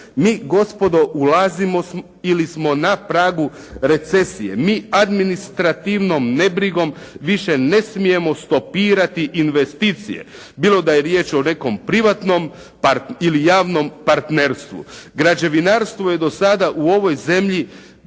Mi gospodo ulazimo ili smo na pragu recesije. Mi administrativnom nebrigom više ne smijemo stopirati investicije, bilo da je riječ o nekom privatnom ili javnom partnerstvu. Građevinarstvo je do sada u ovoj zemlji